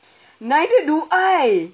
neither do I